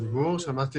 אתה מכיר את